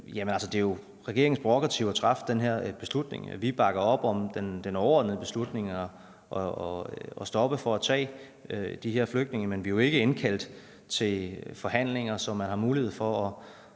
Jamen det er jo altså regeringens prærogativ at træffe den her beslutning. Vi bakker op om den overordnede beslutning, nemlig at stoppe med at tage de her flygtninge, men vi er jo ikke indkaldt til forhandlinger, så vi har mulighed for at